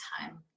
time